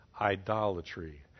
idolatry